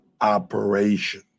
operation